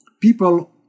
people